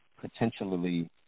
potentially